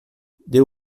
deu